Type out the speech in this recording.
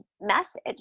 message